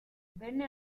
venne